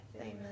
Amen